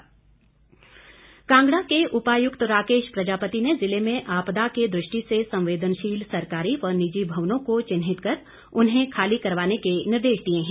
DC Kangra Kangra के उपायुक्त राकेश प्रजापति ने ज़िले में आपदा की दृष्टि से संवेदनशील सरकारी व निजी भवनों को चिन्हित कर उन्हें खाली करवाने के निर्देश दिए हैं